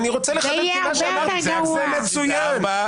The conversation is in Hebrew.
זה מצוין.